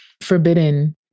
forbidden